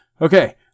Okay